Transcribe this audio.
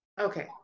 Okay